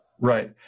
Right